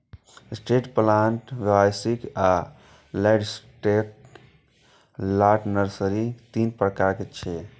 stretch plant, व्यावसायिक आ landscape plant nursery के तीन प्रकार छियै